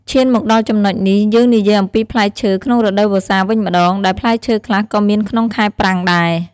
ឈានមកដល់ចំណុចនេះ យើងនិយាយអំពីផ្លែឈើក្នុងរដូវវស្សាវិញម្តង ដែលផ្លែឈើខ្លះក៏មានក្នុងខែប្រាំងដែរ។